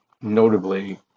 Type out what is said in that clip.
notably